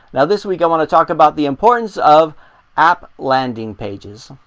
now this week i wanna talk about the importance of app landing pages.